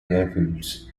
airfields